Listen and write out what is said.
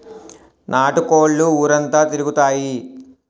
నాటు కోళ్లు ఊరంతా తిరుగుతాయి